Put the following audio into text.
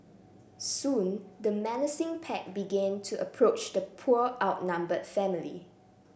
soon the menacing pack began to approach the poor outnumbered family